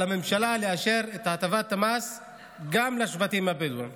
על הממשלה לאשר את הטבת המס גם לשבטים הבדואיים.